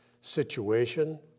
situation